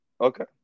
Okay